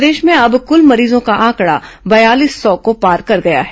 प्रदेश में अब कुल मरीजों का आंकड़ा बयालीस सौ को पार कर गया है